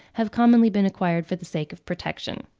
have commonly been acquired for the sake of protection.